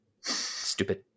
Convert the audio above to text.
stupid